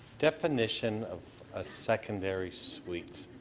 definition of a secondary suite.